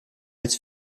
als